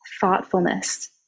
thoughtfulness